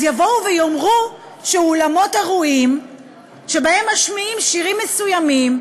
אז יבואו ויאמרו שלגבי אולמות אירועים שבהם משמיעים שירים מסוימים